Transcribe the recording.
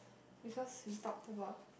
because we talked about